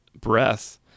breath